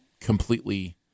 completely